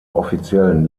offiziellen